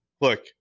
look